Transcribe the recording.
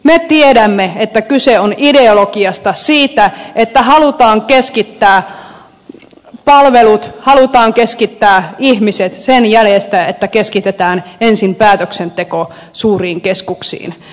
me tiedämme että kyse on ideologiasta siitä että halutaan keskittää palvelut halutaan keskittää ihmiset sen jälkeen kun keskitetään ensin päätöksenteko suuriin keskuksiin